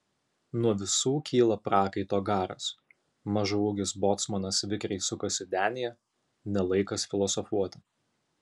nuo visų kyla prakaito garas mažaūgis bocmanas vikriai sukasi denyje ne laikas filosofuoti